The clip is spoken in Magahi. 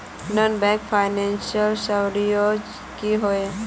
नॉन बैंकिंग फाइनेंशियल सर्विसेज की होय?